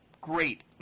great